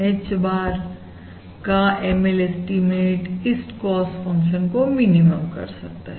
H bar का ML estimate इस cost function को मिनिमम कर सकता है